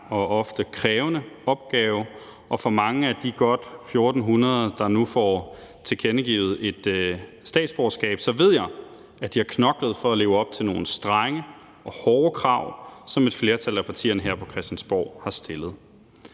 og ofte krævende opgave, og mange af de godt 1.400, der nu får tilkendegivet statsborgerskab, ved jeg har knoklet for at leve op til nogle strenge og hårde krav, som et flertal af partierne her på Christiansborg har stillet.